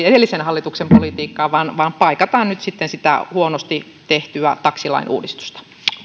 edellisen hallituksen politiikkaa vaan vaan paikataan nyt sitten sitä huonosti tehtyä taksilain uudistusta